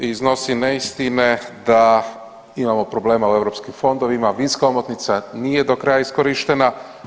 Iznosi neistine da imamo problema u EU fondovima, vinska omotnica nije do kraja iskorištena.